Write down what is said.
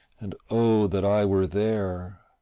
and oh that i were there.